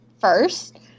first